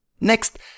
Next